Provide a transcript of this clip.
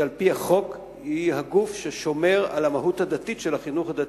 שעל-פי החוק היא הגוף ששומר על המהות הדתית של החינוך הדתי,